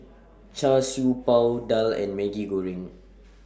Char Siew Bao Daal and Maggi Goreng